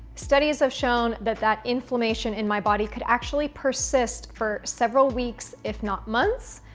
studies have shown that that inflammation in my body could actually persist for several weeks if not months,